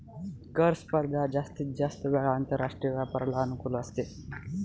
कर स्पर्धा जास्तीत जास्त वेळा आंतरराष्ट्रीय व्यापाराला अनुकूल असते